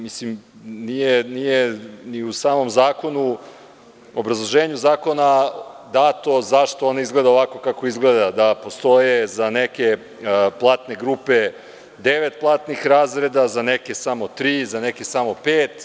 Mislim, nije ni u samom obrazloženju zakona dato zašto on izgleda ovako kako izgleda, da postoje za neke platne grupe devet platnih razreda, za neke samo tri, za neke samo pet.